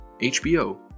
HBO